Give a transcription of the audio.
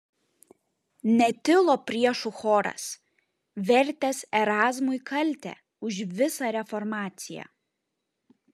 netilo priešų choras vertęs erazmui kaltę už visą reformaciją